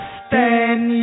stand